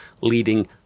leading